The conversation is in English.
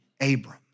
Abram